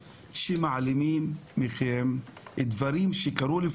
אנחנו מתחילים את שנת התקציב במחסור של 10 מיליון שקלים,